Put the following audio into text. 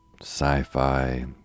sci-fi